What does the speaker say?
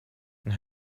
and